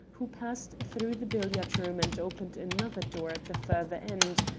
who passed through the billiard-room and opened another door at the further end,